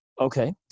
Okay